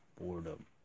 boredom